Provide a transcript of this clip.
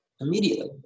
immediately